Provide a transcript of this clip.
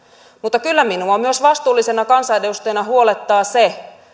mutta kyllä minua myös vastuullisena kansanedustajana huolettaa se